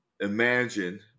imagine